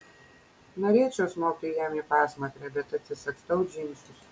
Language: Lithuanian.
norėčiau smogti jam į pasmakrę bet atsisagstau džinsus